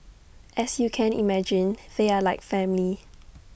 as you can imagine they are like family